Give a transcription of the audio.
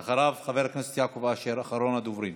ואחריו, חבר הכנסת יעקב אשר, אחרון הדוברים.